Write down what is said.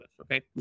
okay